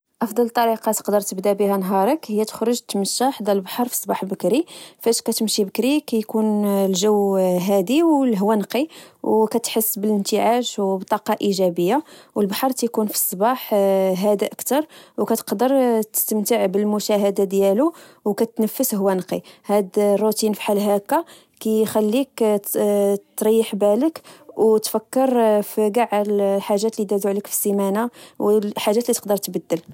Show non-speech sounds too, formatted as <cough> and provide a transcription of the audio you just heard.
أفضل طريقة تقدر تبدا بها نهارك هي تخرج تمشا حدا البحر في الصباح بكري. فاش كتمشي بكري، كيكون الجو هادي والهواء نقي، وكتحس بالإنتعاش وبطاقة الإيجابية. البحر تكون في الصباح هادئ كتر، وكتقدر تستمتع بالمشاهد ديالو كتنفس هواء نقي. هاد الروتين فحال هاكا كخليك <noise> <hesitation> تريح بالك، وتفكر في گاع الحاجات لدازو عليك في السيمانة و الحاجات لتقدر تبدل